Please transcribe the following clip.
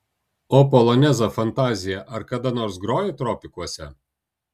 o polonezą fantaziją ar kada nors grojai tropikuose